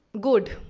good